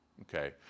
Okay